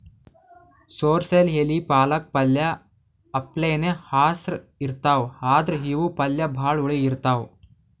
sorrel ಎಲಿ ಪಾಲಕ್ ಪಲ್ಯ ಅಪ್ಲೆನೇ ಹಸ್ರ್ ಇರ್ತವ್ ಆದ್ರ್ ಇವ್ ಪಲ್ಯ ಭಾಳ್ ಹುಳಿ ಇರ್ತವ್